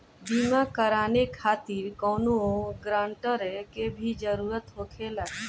बीमा कराने खातिर कौनो ग्रानटर के भी जरूरत होखे ला?